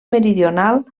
meridional